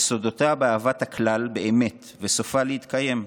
יסודותיה באהבת הכלל באמת וסופה להתקיים,